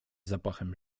zapachem